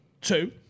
Two